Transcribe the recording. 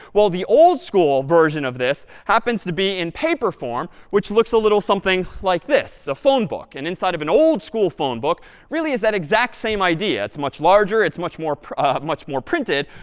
well, the old school version of this happens to be in paper form, which looks a little something like this, a phone book. and inside of an old school phone book really is that exact same idea. it's much larger. it's much more more printed.